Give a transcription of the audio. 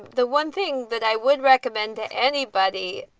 the one thing that i would recommend anybody,